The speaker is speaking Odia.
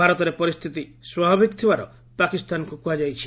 ଭାରତରେ ପରିସ୍ଥିତି ସ୍ୱାଭାବିକ ଥିବାର ପାକିସ୍ତାନକୁ କୁହାଯାଇଛି